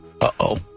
Uh-oh